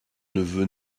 neveu